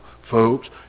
Folks